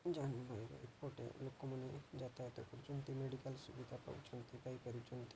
ଏପଟେ ଲୋକମାନେ ଯାତାୟାତ କରୁଛନ୍ତି ମେଡ଼ିକାଲ ସୁବିଧା ପାଉଛନ୍ତି ପାଇ ପାରୁଛନ୍ତି